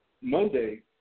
Monday